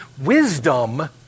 wisdom